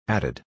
Added